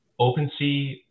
OpenSea